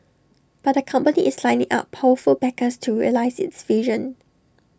but the company is lining up powerful backers to realise its vision